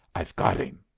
i've got him!